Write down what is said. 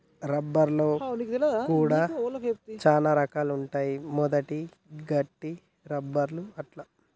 rubber లో కూడా చానా రకాలు ఉంటాయి మెత్తటి, గట్టి రబ్బర్ అట్లా